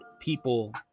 people